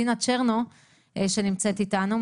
דינה צ'רנו שנמצאת איתנו,